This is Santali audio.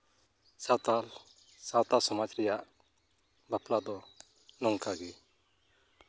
ᱥᱟᱶᱛᱟᱞ ᱥᱟᱶᱛᱟ ᱥᱚᱢᱟᱡᱽ ᱨᱮᱭᱟᱜ ᱵᱟᱯᱞᱟ ᱫᱚ ᱱᱚᱝᱠᱟ ᱜᱮ